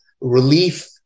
relief